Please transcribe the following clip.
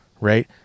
right